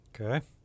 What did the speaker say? Okay